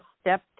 step